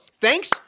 thanks